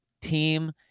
team